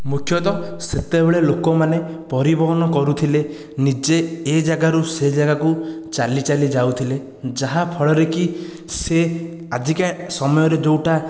ମୁଖ୍ୟତଃ ସେତେବେଳେ ଲୋକମାନେ ପରିବହନ କରୁଥିଲେ ନିଜେ ଏ ଯାଗାରୁ ସେ ଯାଗାକୁ ଚାଲି ଚାଲିଯାଉଥିଲେ ଯାହା ଫଳରେ କି ସେ ଆଜିକା ସମୟରେ ଯେଉଁଟା